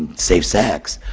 safe sex,